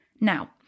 Now